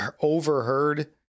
overheard